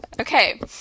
okay